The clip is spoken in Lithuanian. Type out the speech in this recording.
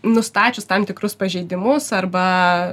nustačius tam tikrus pažeidimus arba